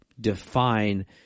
define